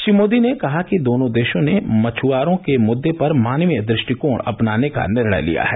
श्री मोदी ने कहा कि दोनों देशों ने मछआरों के मृद्दे पर मानवीय दृष्टिकोण अपनाने का निर्णय लिया है